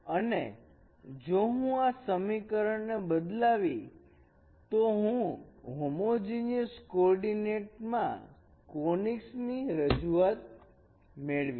અને જો હું આ સમીકરણ ને બદલાવી તો હું આ હોમોજીનીયસ કોર્ડીનેટ માં કોનીક્સ રજૂઆત મેળવીશ